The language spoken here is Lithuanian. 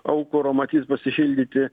aukuro matyt pasišildyti